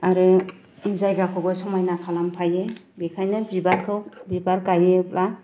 आरो जायगाखौबो समायना खालामफायो बेखायनो बिबारखौ बिबार गायोब्ला